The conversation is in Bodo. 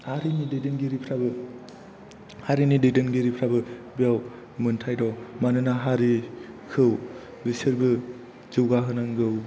हारिनि दैदेनगिरिफ्राबो हारिनि दैदेनगिरिफ्राबो बेयाव मोन्थाइ दं मानोना हारिखौ बिसोरबो जौगाहोनांगौ